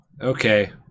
Okay